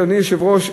אדוני היושב-ראש,